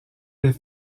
des